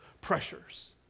pressures